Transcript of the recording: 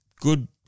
Good